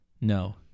No